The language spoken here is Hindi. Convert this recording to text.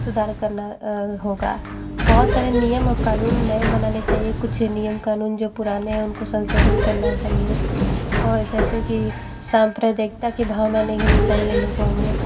सुधार करना होगा बहुत सारे नियम और कानून नए बनाने चाहिए कुछ नियम कानून जो पुराने हैं उनको संशोधित करना चाहिए और जैसे कि सांप्रदायिकता की भावना नहीं होनी चाहिए लोगों में